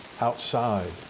outside